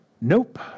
Nope